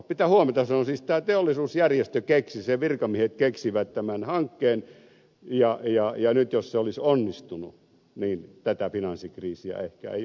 pitää huomata että siis tämä teollisuusjärjestö keksi sen virkamiehet keksivät tämän hankkeen ja nyt jos se olisi onnistunut niin tätä finanssikriisiä ehkä ei olisikaan